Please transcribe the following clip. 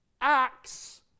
acts